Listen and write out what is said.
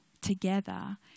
together